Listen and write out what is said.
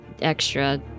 extra